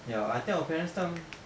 ya I think our parents' time